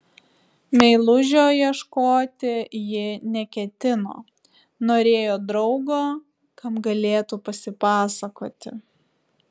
meilužio ieškoti ji neketino norėjo draugo kam galėtų pasipasakoti